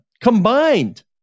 combined